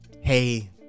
hey